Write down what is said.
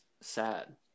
sad